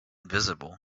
visible